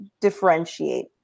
differentiate